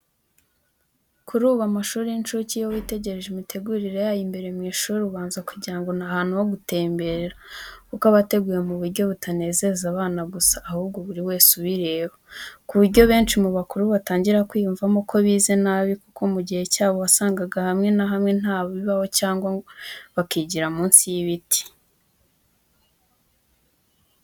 Kuri ubu, amashuri y’incuke, iyo witegereje imitegurire yayo imbere mu ishuri, ubanza kugira ngo ni ahantu ho gutemberera, kuko aba ateguye mu buryo butanezeza abana gusa, ahubwo buri wese ubireba. Ku buryo benshi mu bakuru batangira kwiyumvamo ko bize nabi, kuko mu gihe cyabo wasangaga hamwe na hamwe nta bibaho cyangwa bakigira munsi y’ibiti.